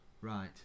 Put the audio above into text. right